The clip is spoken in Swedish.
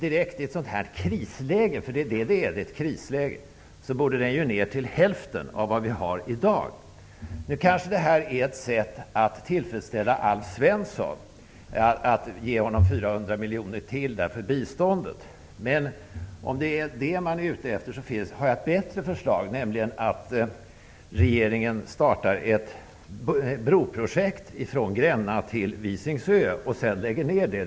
I ett krisläge som det vi har borde u-hjälpen ned till hälften av vad den är i dag. Att ge ytterligare 400 miljoner till biståndet är kanske ett sätt att tillfredsställa Alf Svensson. Men om det är vad man är ute efter så har jag ett bättre förslag: att regeringen startar ett broprojekt från Gränna till Visingsö och sedan lägger ner det.